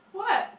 what